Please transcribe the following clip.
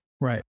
Right